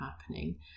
happening